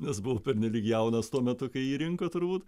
nes buvau pernelyg jaunas tuo metu kai jį rinko turbūt